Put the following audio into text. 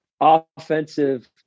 offensive